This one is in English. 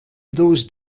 those